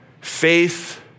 faith